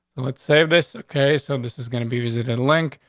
let's say this okay, so this is gonna be visited. link,